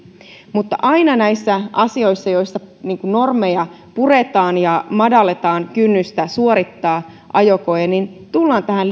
mutta aina näissä asioissa joissa normeja puretaan ja madalletaan kynnystä suorittaa ajokoe tullaan tähän